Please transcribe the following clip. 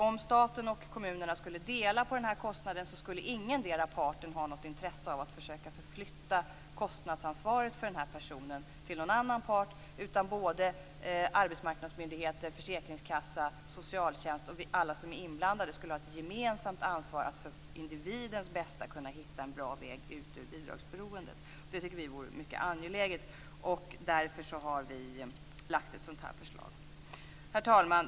Om staten och kommunerna skulle dela på kostnaderna skulle ingendera parten ha något intresse av att försöka förflytta kostnadsansvaret för denna person till någon annan part, utan såväl arbetsmarknadsmyndigheter som försäkringskassa, socialtjänst och alla andra som är inblandade skulle ha ett gemensamt ansvar för att för individens bästa hitta en bra väg ut ur bidragsberoendet. Vi tycker att det är mycket angeläget, och därför har vi lagt ett sådant här förslag. Herr talman!